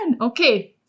Okay